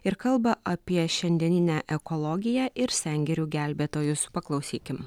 ir kalba apie šiandieninę ekologiją ir sengirių gelbėtojus paklausykim